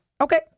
Okay